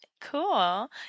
Cool